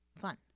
fun